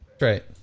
right